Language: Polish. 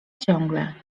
ciągle